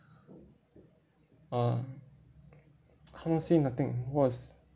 uh can't say nothing what's